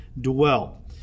dwell